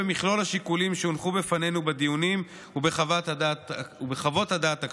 במכלול השיקולים שהונחו בפנינו בדיונים ובחוות הדעת הכתובות.